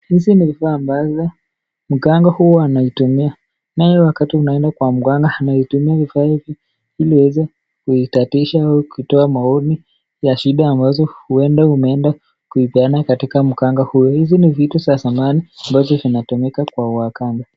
Hizi ni vifaa ambazo mganga huwa anaitumia. Naye wakati unaenda kwa mganga unaitumia vifaa hivi ili uweze kuitatisha au kutoa maoni ya shida ambazo huenda umeenda kuipeana katika mganga huyu. Hizi ni vitu za samani ambazo zinatumika kwa waganga.